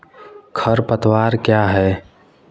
खरपतवार क्या है?